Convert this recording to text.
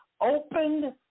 opened